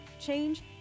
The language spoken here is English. change